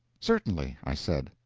certainly, i said,